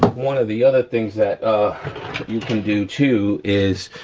one of the other things that you can do too is,